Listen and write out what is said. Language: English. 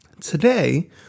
Today